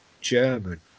German